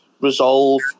resolve